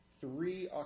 three